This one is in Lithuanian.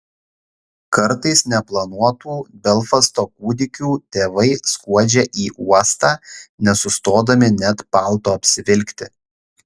kartais neplanuotų belfasto kūdikių tėvai skuodžia į uostą nesustodami net palto apsivilkti